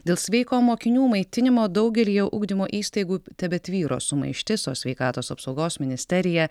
dėl sveiko mokinių maitinimo daugelyje ugdymo įstaigų tebetvyro sumaištis o sveikatos apsaugos ministerija